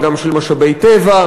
אבל גם של משאבי טבע.